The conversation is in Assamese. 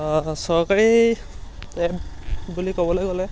চৰকাৰী এপ বুলি ক'বলৈ গ'লে